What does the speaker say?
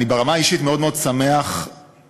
ברמה האישית אני מאוד מאוד שמח על